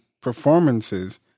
performances